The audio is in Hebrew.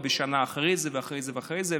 ובשנה אחרי זה ואחרי זה ואחרי זה.